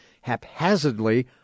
haphazardly